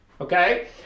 okay